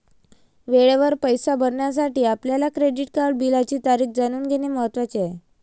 वेळेवर पैसे भरण्यासाठी आपल्या क्रेडिट कार्ड बिलाची तारीख जाणून घेणे महत्वाचे आहे